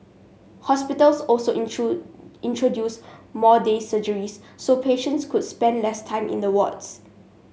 hospitals also introduced more day surgeries so patients could spend less time in the wards